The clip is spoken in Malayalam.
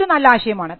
ഇതൊരു നല്ല ആശയമാണ്